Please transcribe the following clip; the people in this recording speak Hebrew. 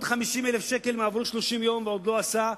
50,000 ש"ח אם עברו 30 יום והוא עוד לא העביר,